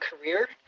career